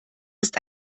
ist